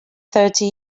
thirty